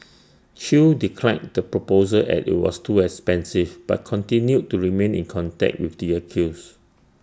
chew declined the proposal as IT was too expensive but continued to remain in contact with the accused